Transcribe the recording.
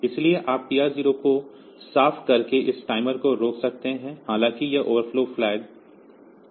इसलिए आप TR0 को साफ़ करके इस टाइमर को रोक सकते हैं हालाँकि यह ओवरफ्लो नहीं हुआ है